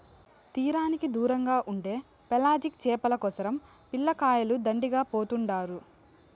తీరానికి దూరంగా ఉండే పెలాజిక్ చేపల కోసరం పిల్లకాయలు దండిగా పోతుండారు